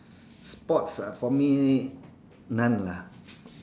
sports ah for me none lah